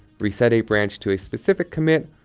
reset a branch to a specific commit,